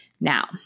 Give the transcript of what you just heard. Now